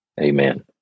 amen